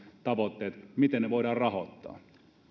tavoitteet voidaan rahoittaa